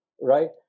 right